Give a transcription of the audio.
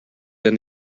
than